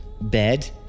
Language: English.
bed